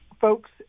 folks